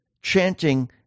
chanting